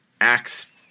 Acts